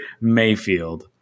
Mayfield